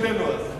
שאנחנו לא תומכים.